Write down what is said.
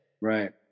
Right